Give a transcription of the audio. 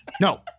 No